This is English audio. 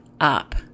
up